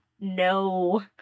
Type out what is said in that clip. no